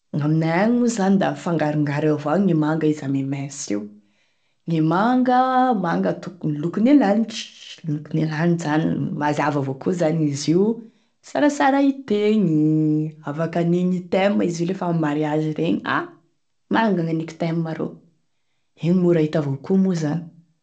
Gn'aminay agny moa zany da mifangarongaro eo avao e manga izy ame mainso io, gne manga manga topony e lokone lanitry, lokone lani- zany mazava avao koa izy, sarasara itegny, afaky anigny thème izy io rehefa ame mariage regny, ah manga gn'aniko thème rô, igny mora hita avao koa moa zany.